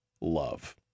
love